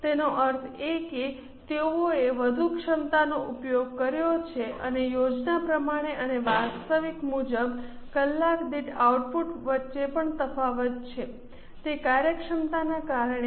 તેનો અર્થ એ કે તેઓએ વધુ ક્ષમતાનો ઉપયોગ કર્યો છે અને યોજના પ્રમાણે અને વાસ્તવિક મુજબ કલાક દીઠ આઉટપુટ વચ્ચે પણ તફાવત છે તે કાર્યક્ષમતાને કારણે છે